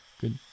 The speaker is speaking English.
Good